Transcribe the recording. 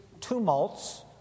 tumults